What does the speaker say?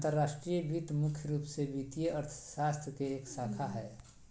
अंतर्राष्ट्रीय वित्त मुख्य रूप से वित्तीय अर्थशास्त्र के एक शाखा हय